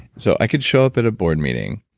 so i could show up at a board meeting,